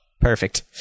perfect